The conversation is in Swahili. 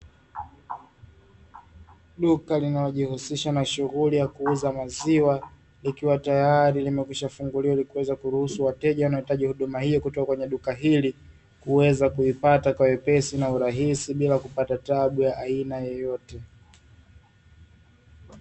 Duka linalojihusisha na shughuli ya kuuza maziwa, likiwa tayari limekwishafunguliwa, ili kuweza kuruhusu wateja wanaohitaji huduma hiyo kutoka kwenye duka hili, kuweza kuipata kwa wepesi na urahisi zaidi, bila kupata tabu ya aina yoyote.